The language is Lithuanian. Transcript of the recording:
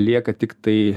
lieka tiktai